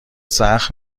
سخت